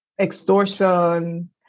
extortion